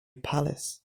palace